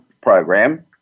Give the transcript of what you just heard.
Program